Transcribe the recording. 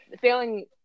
failing